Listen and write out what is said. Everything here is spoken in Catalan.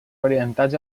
orientats